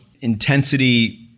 intensity